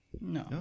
No